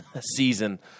season